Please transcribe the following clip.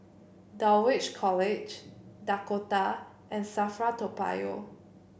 Dulwich College Dakota and Safra Toa Payoh